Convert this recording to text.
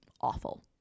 awful